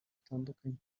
dutandukanye